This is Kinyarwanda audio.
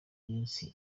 iminsi